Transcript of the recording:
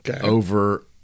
over